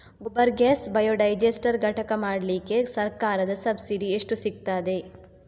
Gobar gas biodigester ಘಟಕ ಮಾಡ್ಲಿಕ್ಕೆ ಸರ್ಕಾರದ ಸಬ್ಸಿಡಿ ಎಷ್ಟು ಸಿಕ್ತಾದೆ?